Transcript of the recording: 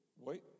Wait